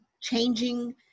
changing